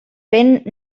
vent